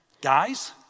Guys